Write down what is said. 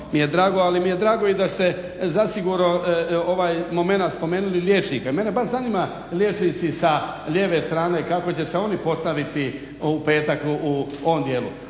naravno ali mi je drago i da ste zasigurno ovaj momenat spomenuli liječnike. Mene baš zanima liječnici sa lijeve strane kako će se oni postaviti u petak u ovom dijelu.